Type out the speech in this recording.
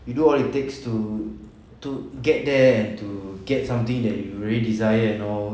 you do what it takes to to get there to get something that you desire and all